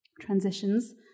transitions